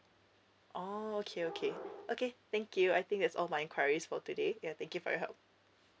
oh okay okay okay thank you I think that's all my enquiries for today ya thank you for your help